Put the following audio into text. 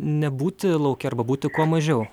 nebūti lauke arba būti kuo mažiau